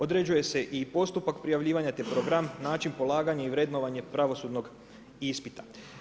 Određuje se i postupak prijavljivanja, te program, način polaganja i vrednovanje pravosudnog ispita.